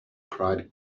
cried